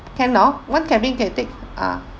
can oh one cabin can take ah